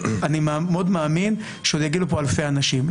אני מאוד מאמין שעוד יגיעו לפה אלפי אנשים.